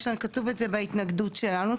כתוב את זה בהתנגדות שלנו,